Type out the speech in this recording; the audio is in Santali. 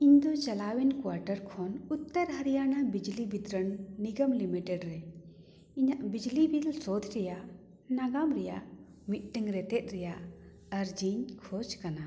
ᱤᱧ ᱫᱚ ᱪᱟᱞᱟᱣᱮᱱ ᱠᱳᱣᱟᱴᱟᱨ ᱠᱷᱚᱱ ᱩᱛᱛᱚᱨ ᱦᱚᱨᱤᱭᱟᱱᱟ ᱵᱤᱡᱽᱞᱤ ᱵᱤᱛᱚᱨᱚᱱ ᱱᱤᱜᱚᱢ ᱞᱤᱢᱤᱴᱮᱰ ᱨᱮ ᱤᱧᱟᱹᱜ ᱵᱤᱡᱽᱞᱤ ᱵᱤᱞ ᱥᱳᱴ ᱨᱮᱭᱟᱜ ᱱᱟᱜᱟᱢ ᱨᱮᱭᱟᱜ ᱢᱤᱫᱴᱮᱱ ᱨᱮᱛᱮᱫ ᱨᱮᱭᱟᱜ ᱟᱨᱡᱤᱧ ᱠᱷᱚᱡᱽ ᱠᱟᱱᱟ